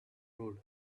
road